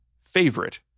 favorite